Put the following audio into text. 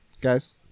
Guys